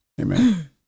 Amen